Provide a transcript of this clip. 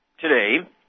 Today